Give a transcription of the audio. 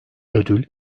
ödül